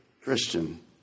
Christian